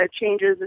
changes